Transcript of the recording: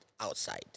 outside